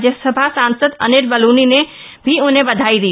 राज्यसभा सांसद अनिल बलूनी ने भी उन्हें बधाई दी